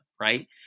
right